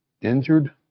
injured